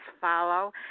follow